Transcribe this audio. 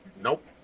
Nope